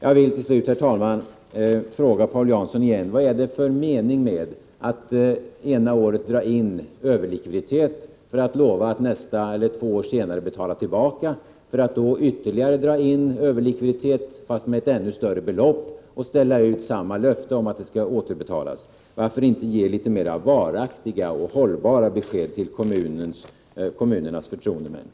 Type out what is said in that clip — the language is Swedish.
Jag vill till slut fråga Paul Jansson igen: Vad är det för mening med att det ena året dra in överlikviditet och lova att nästa år eller två år senare betala tillbaka, och sedan ytterligare dra in överlikviditet, fast med ett ännu större belopp, och ställa ut samma löfte om att det skall återbetalas? Varför inte ge litet mera varaktiga och hållbara besked till kommunernas förtroendevalda?